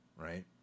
right